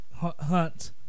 Hunt